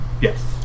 Yes